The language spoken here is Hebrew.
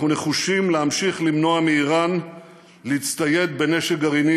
אנחנו נחושים להמשיך למנוע מאיראן להצטייד בנשק גרעיני.